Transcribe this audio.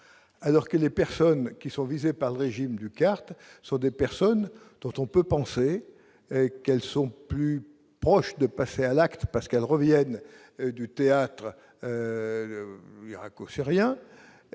alors que les personnes qui sont visées par le régime du cartes sur des personnes dont on peut penser qu'elles sont plus proches de passer à l'acte, parce qu'elles reviennent du théâtre irako- syrien